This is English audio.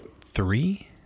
three